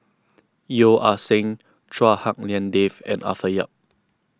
Yeo Ah Seng Chua Hak Lien Dave and Arthur Yap